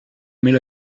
mais